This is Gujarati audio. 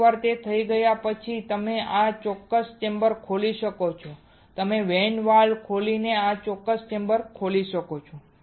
એકવાર તે થઈ જાય પછી તમે આ ચોક્કસ ચેમ્બર ખોલી શકો છો તમે વેન્ટ વાલ્વ ખોલીને આ ચોક્કસ ચેમ્બર ખોલી શકો છો